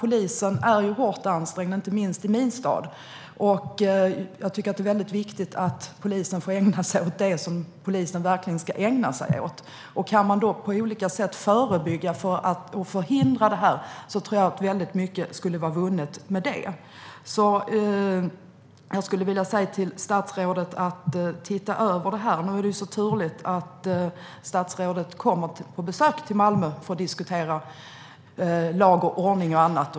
Polisen är hårt ansträngd, inte minst i min hemstad, och jag tycker att det är viktigt att polisen får ägna sig åt det de verkligen ska ägna sig åt. Om man på olika sätt kan förebygga och förhindra detta tror jag att mycket skulle vara vunnet. Jag skulle vilja be statsrådet att se över detta. Nu är det så turligt att statsrådet kommer på besök till Malmö för att diskutera lag och ordning och annat.